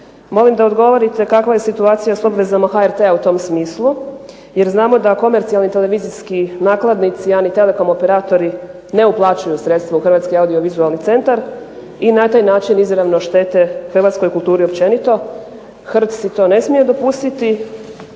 Molim da odgovorite kakva je situacija s obvezama HRT-a u tom smislu, jer znamo da komercijalni televizijski nakladnici, a ni telekom operatori ne uplaćuju sredstva u Hrvatski audiovizualni centar i na taj način izravno štete hrvatskoj kulturi općenito? HRT si to ne smije dopustiti,